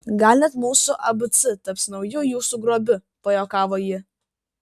gal net mūsų abc taps nauju jūsų grobiu pajuokavo ji